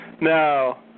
No